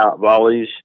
volleys